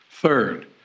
Third